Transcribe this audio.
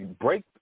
break